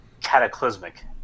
cataclysmic